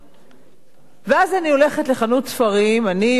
ואז אני הולכת לחנות ספרים, אני או מישהו אחר,